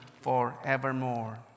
forevermore